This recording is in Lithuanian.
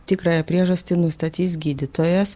tikrąją priežastį nustatys gydytojas